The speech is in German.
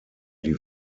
die